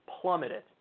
plummeted